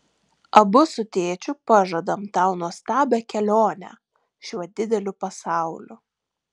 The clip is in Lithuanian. abu su tėčiu pažadam tau nuostabią kelionę šiuo dideliu pasauliu